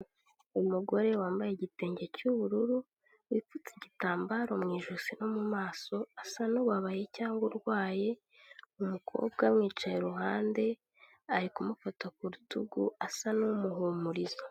Umugore wambaye igitenge cy'ubururu, wipfutse igitambaro mu ijosi no mu maso asa n'ubaye cyangwa urwaye, umukobwa amwicaye iruhande, ari kumufata ku rutugu asa n'umuhumuriza.